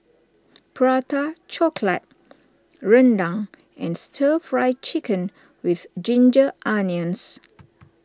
Prata Chocolate Rendang and Stir Fry Chicken with Ginger Onions